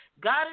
God